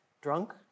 drunk